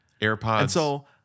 AirPods